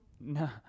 No